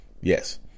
Yes